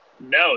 No